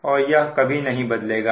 और यह कभी नहीं बदलेंगे